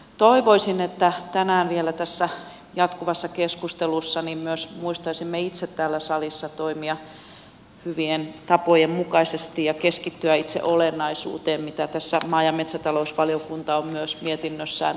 toivoisin että tänään vielä tässä jatkuvassa keskustelussa myös muistaisimme itse täällä salissa toimia hyvien tapojen mukaisesti ja keskittyä itse olennaisuuteen mitä tässä maa ja metsätalousvaliokunta on myös mietinnössään tehnyt